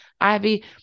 Ivy